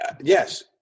Yes